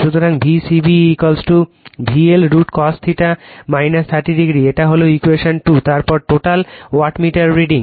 সুতরাং V c b VL √ cos θ 30o এটি হল ইকুয়েশন 2 তারপর টোটাল ওয়াটমিটার রিডিং